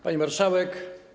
Pani Marszałek!